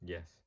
Yes